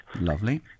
Lovely